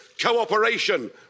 cooperation